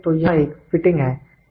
तो यहाँ एक फिटिंग है